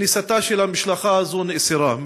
כניסתה של המשלחת הזה נאסרה.